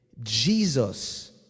Jesus